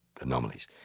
anomalies